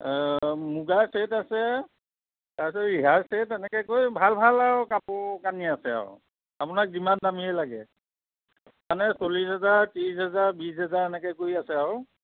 মুগাৰ ছেট আছে তাৰপিছত ৰিহাৰ ছেট এনেকুৱাকৈ ভাল ভাল আৰু কাপোৰ কানি আছে আৰু আপোনাক যিমান দামীয়েই লাগে মানে চল্লিছ হেজাৰ ত্ৰিছ হেজাৰ বিছ হেজাৰ এনেকৈ কৰি আছে আৰু